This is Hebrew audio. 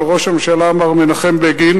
בזמנו של ראש הממשלה מר מנחם בגין,